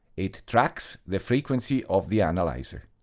it tracks the frequency of the analyzer.